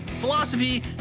philosophy